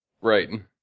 Right